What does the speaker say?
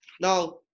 Now